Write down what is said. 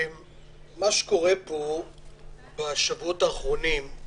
מה שקורה פה בשבועות האחרונים הוא